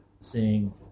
seeing